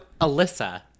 Alyssa